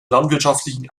landwirtschaftlichen